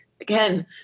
again